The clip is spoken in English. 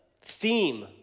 theme